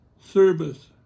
service